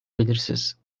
belirsiz